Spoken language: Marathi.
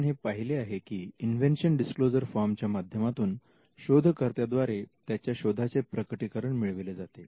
आपण हे पाहिले आहे की इंवेंशन डीसक्लोजर फॉर्म च्या माध्यमातून शोधकर्त्या द्वारे त्याच्या शोधाचे प्रकटीकरण मिळविले जाते